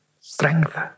strength